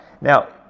now